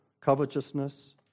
covetousness